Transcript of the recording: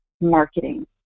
marketing